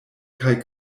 kaj